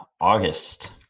August